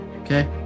Okay